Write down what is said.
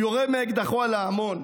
"הוא יורה מאקדחו על ההמון,